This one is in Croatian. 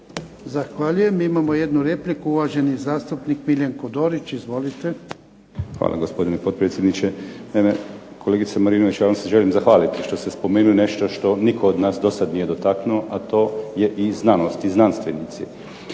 Zahvaljujem. Imamo jednu repliku, uvaženi zastupnik Miljenko Dorić. Izvolite. **Dorić, Miljenko (HNS)** Hvala gospodine potpredsjedniče. Naime kolegice Marinović, ja vam se želim zahvaliti što ste spomenuli nešto što nitko od nas dosad nije dotaknuo, a to je i znanost i znanstvenici.